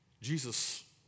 Jesus